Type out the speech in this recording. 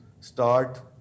start